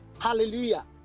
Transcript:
hallelujah